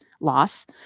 loss